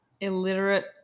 Illiterate